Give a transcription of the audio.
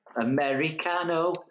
Americano